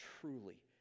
truly